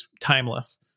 timeless